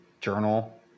Journal